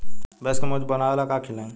भैंस के मजबूत बनावे ला का खिलाई?